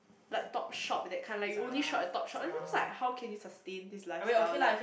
like Topshop that kind like you only shop at Topshop like how can you sustain this lifestyle like